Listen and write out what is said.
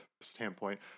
standpoint